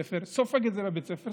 סופג את זה בבית הספר,